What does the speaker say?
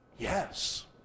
Yes